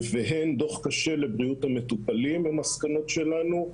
זה גם דוח קשה לבריאות המטופלים במסקנות שלנו.